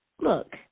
Look